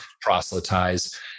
proselytize